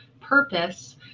purpose